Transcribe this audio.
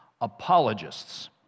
apologists